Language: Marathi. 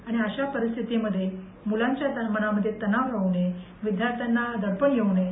आणि अशा परिस्थितीमध्ये मुलांच्या मनामध्ये तनाव राहू नये विद्याथर्यांना दडपण येव् नये